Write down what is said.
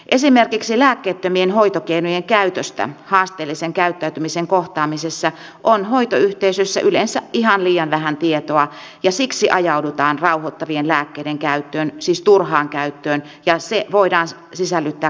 esimerkiksi lääkkeettömien hoitokeinojen käytöstä haasteellisen käyttäytymisen kohtaamisessa on hoitoyhteisöissä yleensä ihan liian vähän tietoa ja siksi ajaudutaan rauhoittavien lääkkeiden turhaan käyttöön ja se voidaan sisällyttää kaltoinkohtelun sisälle